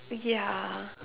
ya